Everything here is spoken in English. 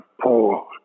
poor